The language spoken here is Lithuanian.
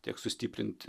tiek sustiprint